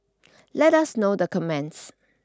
let us know the comments